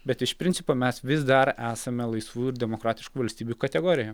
bet iš principo mes vis dar esame laisvų ir demokratiškų valstybių kategorija